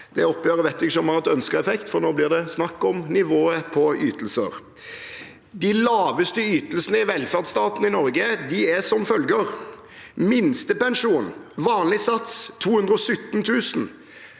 Jeg opplever at dette ikke har hatt ønsket effekt, for nå blir det snakk om nivået på ytelser. De laveste ytelsene i velferdsstaten i Norge er som følger: minstepensjon vanlig sats 217 000